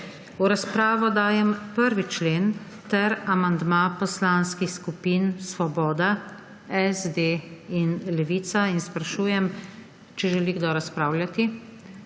V razpravo dajem prvi člen ter amandma poslanskih skupin Svoboda, SD in Levica. Sprašujem, ali želi kdo razpravljati.